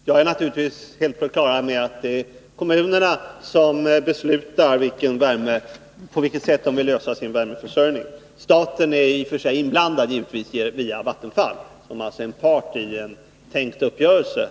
Herr talman! Jag är naturligtvis helt på det klara med att det är kommunerna som beslutar på vilket sätt de vill lösa frågan om sin värmeförsörjning. Staten är givetvis i och för sig inblandad via Vattenfall och är alltså part i en tänkt uppgörelse.